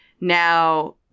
now